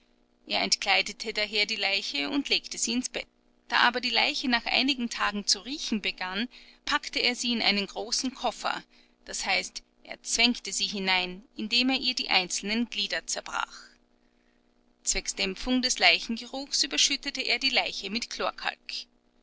er entkleidete daher die leiche und legte sie ins bett da aber die leiche nach einigen tagen zu riechen begann packte er sie in einen großen koffer d h er zwängte sie hinein indem er ihr die einzelnen glieder zerbrach zwecks dämpfung des leichengeruchs überschüttete er die leiche mit